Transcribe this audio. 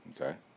Okay